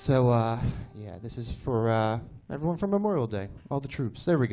so yeah this is for everyone from memorial day all the troops there we